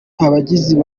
abagize